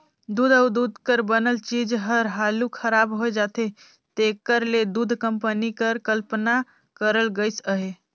दूद अउ दूद कर बनल चीज हर हालु खराब होए जाथे तेकर ले दूध कंपनी कर कल्पना करल गइस अहे